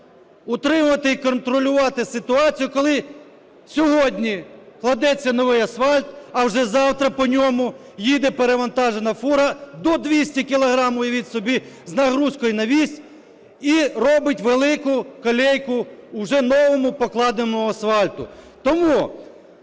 утримувати і контролювати ситуацію, коли сьогодні кладеться новий асфальт, а вже завтра по ньому їде перевантажена фура до 200 кілограмів, уявіть собі, з нагрузкою на вісь, і робить велику колійку уже новому покладеному асфальту.